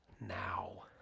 now